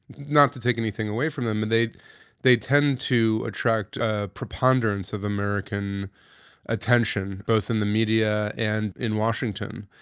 not to take anything away from them, and they they tend to attract a preponderance of american attention, both in the media and in washington.